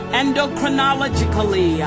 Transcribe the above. endocrinologically